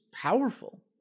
powerful